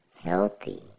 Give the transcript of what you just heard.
healthy